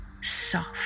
soft